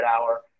hour